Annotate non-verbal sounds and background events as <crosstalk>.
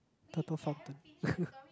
turtle fountain <laughs>